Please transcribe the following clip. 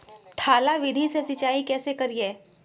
थाला विधि से सिंचाई कैसे करीये?